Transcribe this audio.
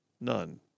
None